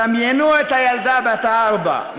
דמיינו את הילדה בת הארבע,